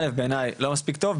א' בעיני לא מספיק טוב,